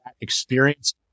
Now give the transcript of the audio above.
experience